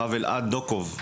הרב אלעד דוקוב,